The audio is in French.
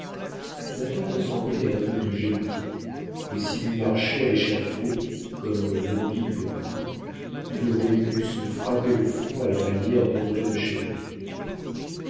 nathan ressemblait à un homme de génie et s'il eût marché à l'échafaud comme l'envie lui en prit il aurait pu se frapper le front à la manière d'andré de